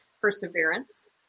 Perseverance